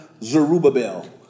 Zerubbabel